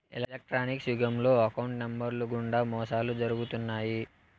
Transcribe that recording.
electronics యుగంలో account నెంబర్లు గుండా మోసాలు జరుగుతున్నాయి